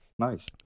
nice